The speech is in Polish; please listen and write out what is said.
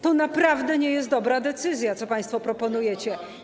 To naprawdę nie jest dobra decyzja, to co państwo proponujecie.